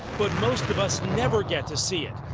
but most of us never get to see it,